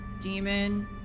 demon